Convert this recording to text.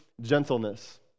gentleness